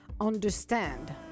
understand